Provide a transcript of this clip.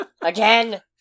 Again